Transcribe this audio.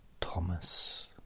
Thomas